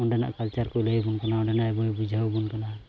ᱚᱸᱰᱮᱱᱟᱜ ᱠᱚ ᱞᱟᱹᱭ ᱟᱵᱚᱱ ᱠᱟᱱᱟ ᱚᱸᱰᱮᱱᱟᱜ ᱟᱵᱚᱭ ᱵᱩᱡᱷᱟᱹᱣ ᱟᱵᱚᱱ ᱠᱟᱱᱟ